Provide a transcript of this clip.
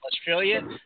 Australia